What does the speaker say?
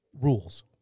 rules